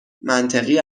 منطقی